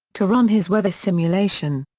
to run his weather simulation.